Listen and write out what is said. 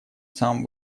сам